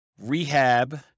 rehab